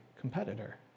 competitor